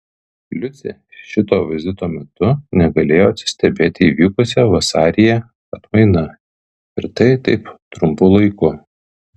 liucė šito vizito metu negalėjo atsistebėti įvykusia vasaryje atmaina ir tai taip trumpu laiku